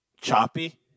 choppy